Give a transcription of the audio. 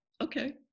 okay